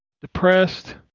depressed